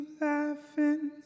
laughing